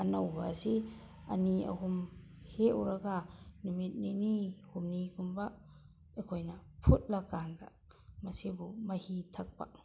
ꯑꯅꯧꯕ ꯑꯁꯤ ꯑꯅꯤ ꯑꯍꯨꯝ ꯍꯦꯛꯎꯔꯒ ꯅꯨꯃꯤꯠ ꯅꯤꯅꯤ ꯍꯨꯝꯅꯤꯒꯨꯝꯕ ꯑꯩꯈꯣꯏꯅ ꯐꯨꯠꯂ ꯀꯥꯟꯗ ꯃꯁꯤꯕꯨ ꯃꯍꯤ ꯊꯛꯄ